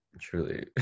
Truly